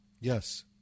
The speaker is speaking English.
Yes